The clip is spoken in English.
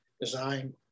design